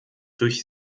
durch